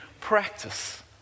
practice